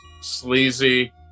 sleazy